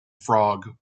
frog